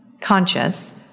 conscious